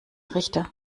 richter